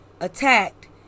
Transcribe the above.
attacked